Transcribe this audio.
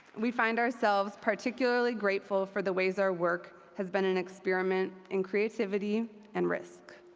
we find ourselves particularly grateful for the ways our work has been an experiment in creativity and risk.